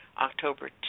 October